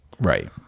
Right